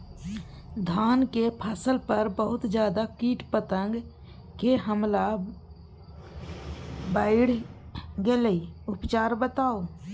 धान के फसल पर बहुत ज्यादा कीट पतंग के हमला बईढ़ गेलईय उपचार बताउ?